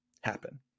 happen